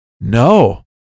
no